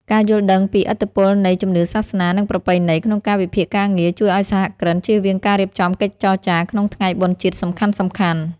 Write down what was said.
ការយល់ដឹងពីឥទ្ធិពលនៃ "ជំនឿសាសនា និងប្រពៃណី" ក្នុងកាលវិភាគការងារ ជួយឱ្យសហគ្រិនជៀសវាងការរៀបចំកិច្ចចរចាក្នុងថ្ងៃបុណ្យជាតិសំខាន់ៗ។